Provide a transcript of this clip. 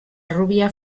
rubia